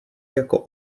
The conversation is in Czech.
jako